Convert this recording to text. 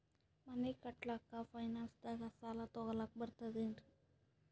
ಮನಿ ಕಟ್ಲಕ್ಕ ಫೈನಾನ್ಸ್ ದಾಗ ಸಾಲ ತೊಗೊಲಕ ಬರ್ತದೇನ್ರಿ?